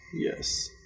Yes